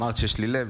אמרת שיש לי לב?